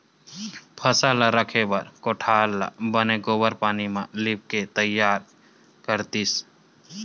फसल ल राखे बर कोठार ल बने गोबार पानी म लिपके तइयार करतिस